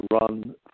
run